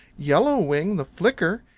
yellow wing the flicker,